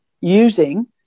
using